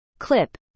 clip